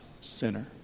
sinner